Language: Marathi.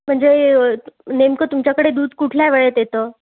म्हणजे नेमकं तुमच्याकडे दूध कुठल्या वेळेत येतं